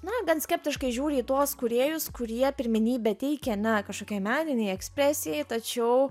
na gan skeptiškai žiūri į tuos kūrėjus kurie pirmenybę teikia ne kažkokiai meninei ekspresijai tačiau